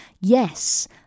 Yes